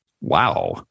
Wow